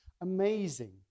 amazing